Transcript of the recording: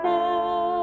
now